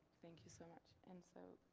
thank you so much. and so,